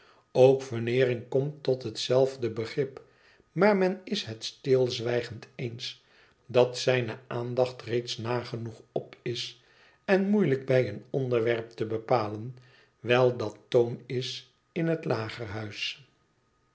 ook veneering komt tot hetzelfde begrip maar men is het stilzwijgend eens dat zijne aandacht reeds nagenoeg op is en moeilijk bij een onderwerp te bepalen wijl dat toon is in het lagerhuis